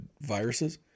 viruses